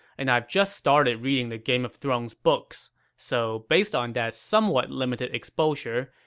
and i've just started reading the game of thrones books. so, based on that somewhat limited exposure,